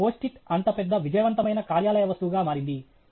PostIt® అంత పెద్ద విజయవంతమైన కార్యాలయ వస్తువు గా మారింది